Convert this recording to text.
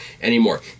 anymore